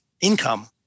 income